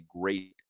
great